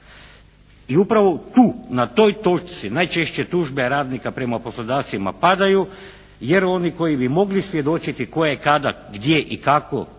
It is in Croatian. I upravo tu na toj točci najčešće tužbe radnike prema poslodavcima padaju, jer oni koji bi mogli svjedočiti tko je kada, gdje i kako